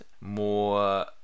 more